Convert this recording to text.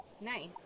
Nice